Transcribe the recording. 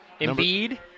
Embiid